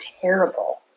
terrible